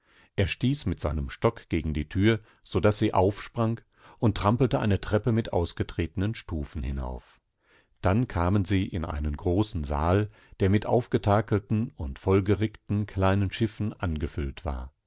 er stieß mit seinem stock gegen die tür so daß sie aufsprang und trampelte eine treppe mit ausgetretenen stufen hinauf dann kamen sie in einen großen saal der mit aufgetakelten und vollgerickten kleinen schiffen angefüllt war